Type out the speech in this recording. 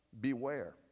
beware